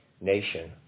nation